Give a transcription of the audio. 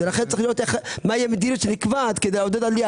ולכן צריך לראות מה המדיניות שנקבעת כדי לעודד עלייה.